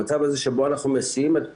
במצב הזה, שבו אנחנו מסיעים את כולם,